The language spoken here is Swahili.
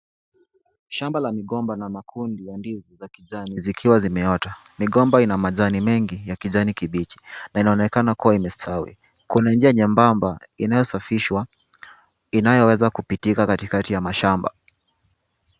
Shamba la migomba la makundi ya ndizi za kijani zikiwa zimeota. Migomba ina majani mengi ya kijani kibichi na inaonekana kuwa imestawi. Kuna njia nyembamba inayosafishwa, inayoweza kupitika katikati ya mashamba.